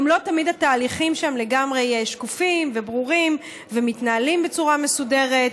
גם לא תמיד התהליכים שם לגמרי שקופים וברורים ומתנהלים בצורה מסודרת,